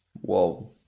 Whoa